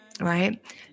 right